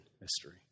mystery